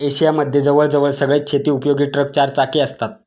Asia मध्ये जवळ जवळ सगळेच शेती उपयोगी ट्रक चार चाकी असतात